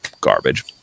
garbage